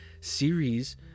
series